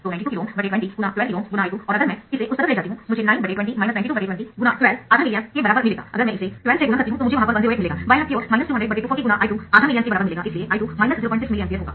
तो 92 KΩ 20×12 KΩ ×I2 और अगर मैं इसे उस तरफ ले जाती हूं मुझे 9 20 92 20×12 आधा मिली एम्प के बराबर मिलेगा अगर मैं इसे 12 से गुणा करती हूं तो मुझे वहां पर 108 मिलेगा बाएं हाथ की ओर 200 240× I2 आधा मिली एम्प के बराबर होगा इसलिए I2 06 मिली एम्पीयर होगा